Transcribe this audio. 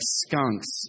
skunks